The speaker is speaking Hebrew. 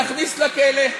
תכניס לכלא.